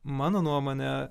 mano nuomone